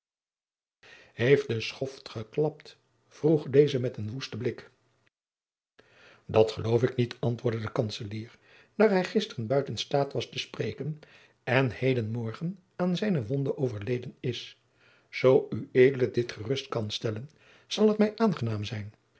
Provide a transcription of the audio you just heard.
heeft de schoft geklapt vroeg deze met een woesten blik jacob van lennep de pleegzoon dat geloof ik niet antwoordde de kantzelier daar hij gisteren buiten staat was te spreken en heden morgen aan zijne wonde overleden is zoo ued dit gerust kan stellen zal t mij aangenaam zijn